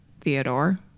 Theodore